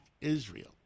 Israel